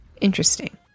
Interesting